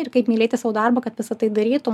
ir kaip mylėti savo darbą kad visa tai darytum